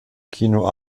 kino